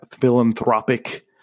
philanthropic –